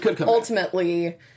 ultimately